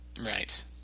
Right